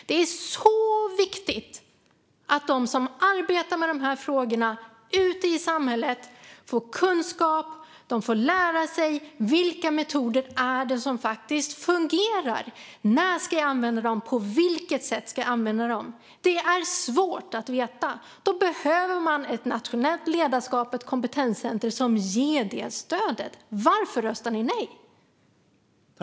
Det är oerhört viktigt att de som arbetar med de här frågorna ute i samhället får kunskap och får lära sig vilka metoder som faktiskt fungerar, när de ska användas och på vilket sätt de ska användas. Det är svårt att veta, och därför behövs ett nationellt ledarskap och ett kompetenscentrum som ger det stödet. Varför röstar ni nej, Nicklas Attefjord?